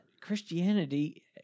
Christianity